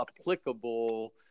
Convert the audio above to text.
applicable